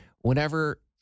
whenever